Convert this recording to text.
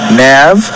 nav